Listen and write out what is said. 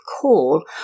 call